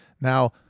now